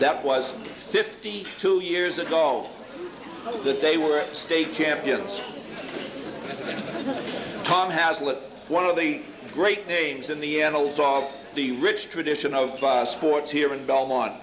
that was fifty two years ago that they were state champions tom hazlitt one of the great names in the annals of the rich tradition of sports here in belmont